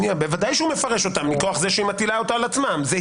בוודאי, מכוח זה שהיא מטילה אותו.